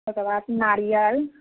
ओकरबाद नारियल